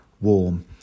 warm